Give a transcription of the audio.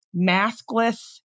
maskless